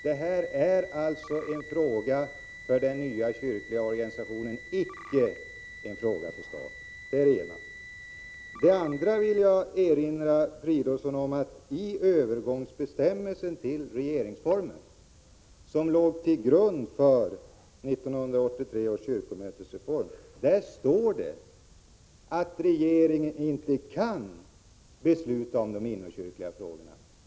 Detta är alltså en fråga för den nya kyrkliga organisationen, icke en fråga för staten. För det andra vill jag erinra herr Fridolfsson om att det i övergångsbestämmelser till regeringsformen, som låg till grund för 1983 års kyrkomötesreform, står att regeringen inte kan besluta i de inomkyrkliga frågorna.